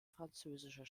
französischer